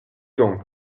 donc